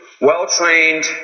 Well-trained